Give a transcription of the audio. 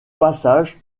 passage